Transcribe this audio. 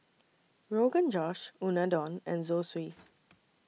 Rogan Josh Unadon and Zosui